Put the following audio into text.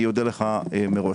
אודה לך מראש.